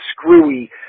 screwy